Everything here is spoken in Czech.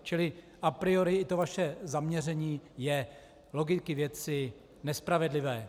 Čili a priori i to vaše zaměření je z logiky věci nespravedlivé.